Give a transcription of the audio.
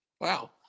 wow